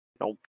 Nope